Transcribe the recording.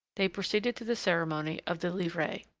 they proceeded to the ceremony of the livrees.